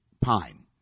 pine